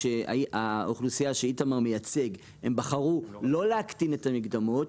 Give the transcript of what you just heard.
האוכלוסייה שאיתמר מייצג בחרו שלא להקטין את המקדמות,